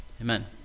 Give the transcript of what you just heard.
Amen